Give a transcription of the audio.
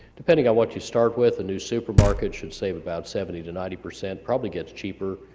depending on what you start with a new supermarket should save about seventy to ninety percent, probably gets cheaper.